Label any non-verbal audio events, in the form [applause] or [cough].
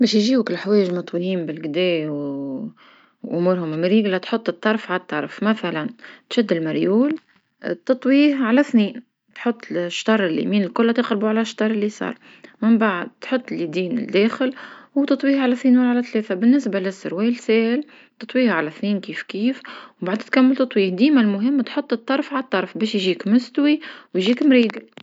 باش يجيوك لحوايج مطويين بالقدا [hesitation] وأمورهم مريقلة تحط الطرف على الطرف مثلا تشد المريول تطويه على اثنين، تحط شتر ليمين الكلها تقلبو على شطر ليسار، من بعد تحط اليدين الداخل وتطويه على اثنين ولا على ثلاثة، بالنسبة للسروال ساهل تطويها على اثنين كيف كيف منبعد تكمل تطويل ديما المهم تحط الطرف على الطرف باش يجيك مستوي ويجيك مريقل.